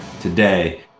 today